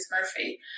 Murphy